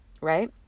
right